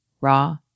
raw